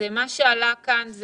מה שעלה כאן,